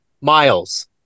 Miles